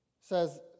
says